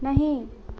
नहि